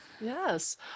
yes